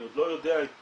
אני עוד לא יודע את טיבה.